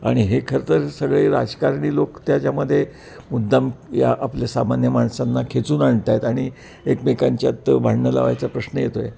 आणि हे खरं तर सगळे राजकारणी लोक त्याच्यामध्ये मुद्दाम या आपले सामान्य माणसांना खेचून आणत आहेत आणि एकमेकांच्यात भांडणं लावायचा प्रश्न येतो आहे